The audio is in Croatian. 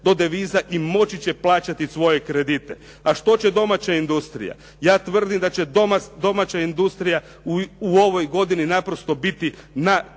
do deviza i moći će plaćati svoje kredite. A što će domaća industrija? Ja tvrdim da će domaća industrija u ovoj godini naprosto biti na koljenima.